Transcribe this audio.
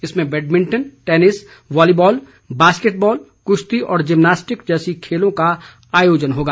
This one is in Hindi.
इसमें badminton tennis volleyball basketball कृश्ती और जिमनास्टिक जैसी खेलों का आयोजन होगा